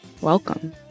welcome